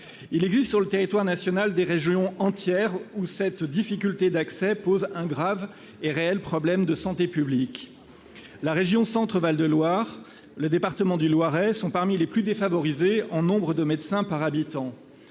Il existe sur le territoire national des régions entières où cette difficulté d'accès pose un grave et réel problème de santé publique. La région Centre-Val de Loire et le département du Loiret sont parmi les plus défavorisés en nombre de médecins par habitant.